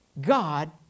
God